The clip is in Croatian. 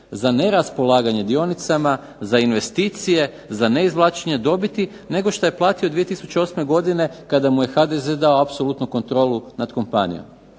za neraspolaganje dionicama, za investicije, za neizvlačenje dobiti nego što je platio 2008. kada mu je HDZ dao apsolutnu kontrolu nad kompanijom.